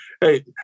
hey